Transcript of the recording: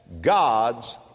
God's